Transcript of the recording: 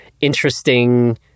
interesting